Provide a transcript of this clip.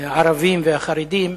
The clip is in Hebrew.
הערבים והחרדים,